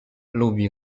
lubi